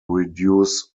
reduce